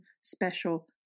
special